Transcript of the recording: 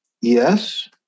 yes